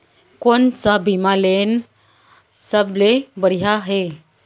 कोन स बीमा लेना सबले बढ़िया हे?